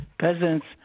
Peasants